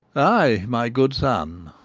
ay, my good son.